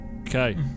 Okay